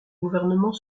gouvernement